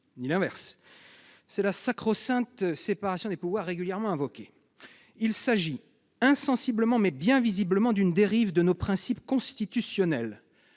ni l'inverse. C'est la sacro-sainte séparation des pouvoirs régulièrement invoquée. Il s'agit insensiblement, mais bien visiblement, d'une dérive de nos principes constitutionnels.